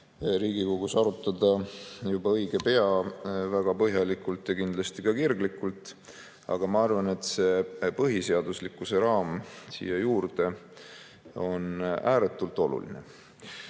Riigikogus arutada juba õige pea väga põhjalikult ja kindlasti ka kirglikult. Aga ma arvan, et see põhiseaduslikkuse raam siia juurde on ääretult oluline.